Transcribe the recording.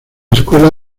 escuela